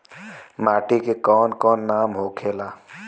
माटी के कौन कौन नाम होखेला?